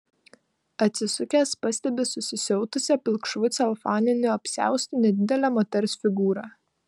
atsisukęs pastebi susisiautusią pilkšvu celofaniniu apsiaustu nedidelę moters figūrą